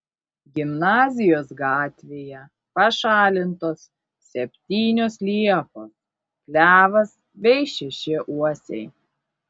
gimnazijos gatvėje pašalintos septynios liepos klevas bei šeši uosiai